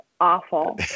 awful